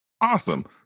Awesome